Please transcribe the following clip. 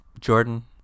Jordan